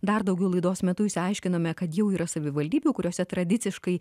dar daugiau laidos metu išsiaiškinome kad jau yra savivaldybių kuriose tradiciškai